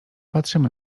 patrzymy